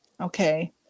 Okay